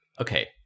Okay